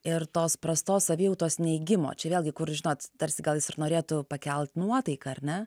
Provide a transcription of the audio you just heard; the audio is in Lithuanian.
ir tos prastos savijautos neigimo čia vėlgi kur žinot tarsi gal jis ir norėtų pakelt nuotaiką ar ne